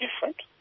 different